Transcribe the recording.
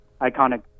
iconic